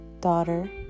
daughter